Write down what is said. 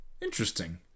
interesting